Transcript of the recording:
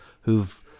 who've